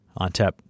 ONTAP